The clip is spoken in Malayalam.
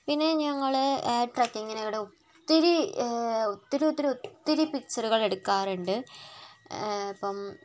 പിന്നെ ഞങ്ങൾ ട്രെക്കിങ്ങിന് ഇവിടെ ഒത്തിരി ഒത്തിരി ഒത്തിരി ഒത്തിരി പിക്ച്ചറുകൾ എടുക്കാറുണ്ട് ഇപ്പം